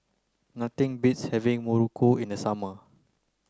nothing beats having Muruku in the summer